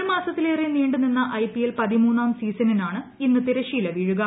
ഒരു മാസത്തിലേറെ നീണ്ടുനിന്ന ഐപിഎൽ പതിമൂന്നാം സീസണാണ് ഇന്ന് തിരശ്ശീല വീഴുക